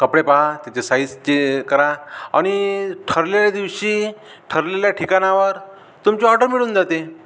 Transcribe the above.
कपडे पहा त्याचे साईजचे करा आणि ठरलेल्या दिवशी ठरलेल्या ठिकाणावर तुमची ऑर्डर मिळून जाते